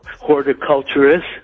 Horticulturist